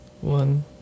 One